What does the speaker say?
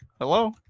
hello